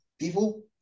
People